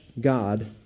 God